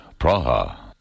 Praha